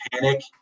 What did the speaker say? panic